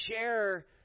share